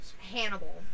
Hannibal